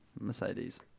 Mercedes